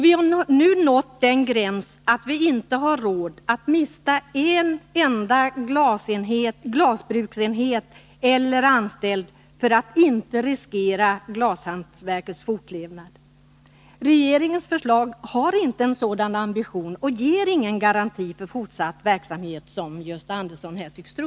Vi har nu nått den gräns då vi inte har råd att mista en enda glasbruksenhet eller anställd för att inte riskera glashantverkets fortlevnad. Regeringens förslag har inte en sådan ambition och ger ingen garanti för fortsatt verksamhet, som Gösta Andersson här tycks tro.